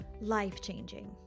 Life-changing